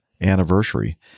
anniversary